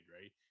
right